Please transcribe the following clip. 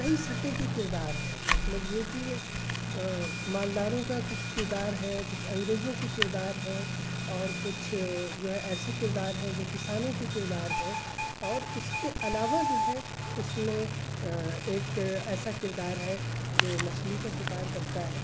کئی سطح کے کردار ہیں مطلب یہ کہ ایک مالداروں کا کچھ کردار ہے کچھ انگریزوں کے کردار ہیں اور کچھ جو ہے ایسے کردار ہیں جو کسانوں کے کردار ہیں اور اس کے علاوہ جو ہے اس میں ایک ایسا کردار ہے جو مچھلی کا شکار کرتا ہے